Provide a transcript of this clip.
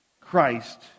Christ